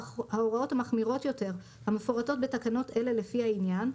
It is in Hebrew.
ההוראות המחמירות יותר המפורטות בתקנות אלה לפי העניין,